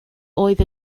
oedd